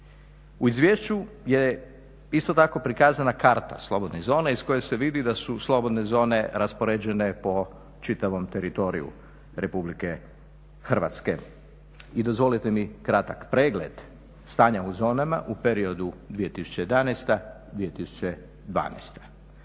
U izvješću je isto tako prikazana karta slobodnih zona iz koje se vidi da su slobodne zone raspoređene po čitavom teritoriju Republike Hrvatske. I dozvolite mi kratak pregled stanja u zonama u periodu 2011.-2012.